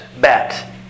bet